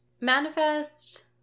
Manifest